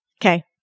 Okay